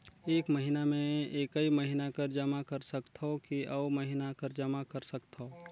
एक महीना मे एकई महीना कर जमा कर सकथव कि अउ महीना कर जमा कर सकथव?